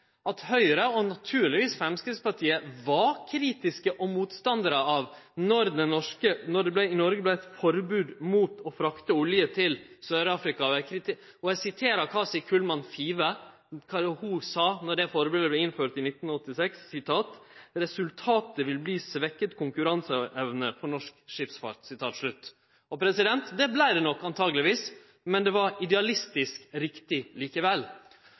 at Høgre – og naturlegvis Framstegspartiet – var kritiske motstandarar då det i Noreg kom eit forbod mot å frakte olje til Sør-Afrika. Då dette forbodet vart innført i 1986, sa Kaci Kullmann Five: «Resultatet vil bli svekket konkurranseevne for norsk skipsfart.» Det vart det nok antakeleg, men det var idealistisk riktig likevel.